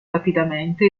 rapidamente